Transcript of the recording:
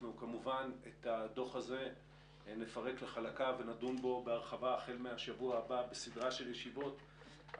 נפרק את הדוח לחלקיו ונדון בו בהרחבה החל מהשבוע הבא בסדרה של ישיבות.